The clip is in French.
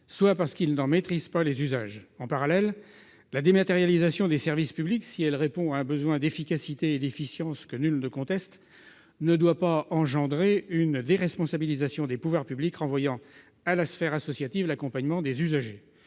soit parce qu'ils n'en maîtrisent pas les usages. En parallèle, la dématérialisation des services publics, si elle répond à un besoin d'efficacité et d'efficience que nul ne conteste, ne doit pas entraîner une déresponsabilisation des pouvoirs publics renvoyant à la sphère associative l'accompagnement des usagers.